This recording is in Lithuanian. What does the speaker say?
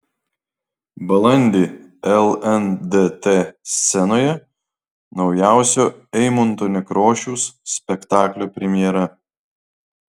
balandį lndt scenoje naujausio eimunto nekrošiaus spektaklio premjera